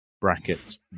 brackets